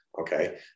okay